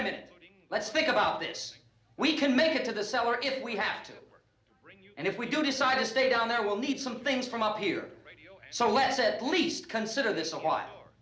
a minute let's think about this we can make it to the cellar if we have to work and if we do decide to stay down there will need some things from up here so let's at least consider this a w